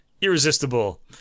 irresistible